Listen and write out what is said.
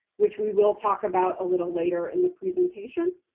which we will talk about a little later in the presentation.